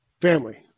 family